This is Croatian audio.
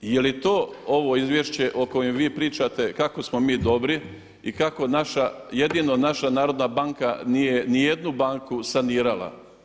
I je li to ovo izvješće o kojem vi pričate kako smo mi dobri i kako naša, jedino naša narodna banka nije niti jednu banku sanirala?